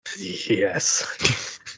Yes